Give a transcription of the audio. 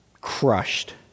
crushed